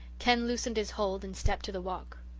ken loosened his hold and stepped to the walk.